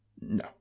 No